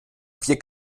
vier